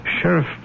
Sheriff